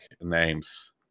names